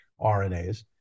RNAs